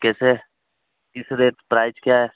कैसे किस rate price क्या है